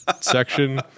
section